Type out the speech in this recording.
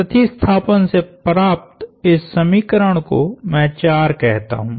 प्रतिस्थापन से प्राप्त इस समीकरण को मैं 4 कहता हूं